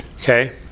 Okay